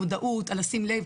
המודעות על לשים לב,